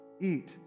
eat